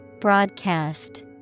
Broadcast